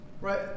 Right